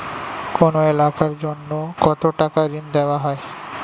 কোন এলাকার জন্য কত টাকা ঋণ দেয়া হয়?